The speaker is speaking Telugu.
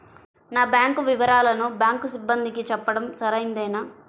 నా బ్యాంకు వివరాలను బ్యాంకు సిబ్బందికి చెప్పడం సరైందేనా?